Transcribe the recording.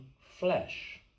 flesh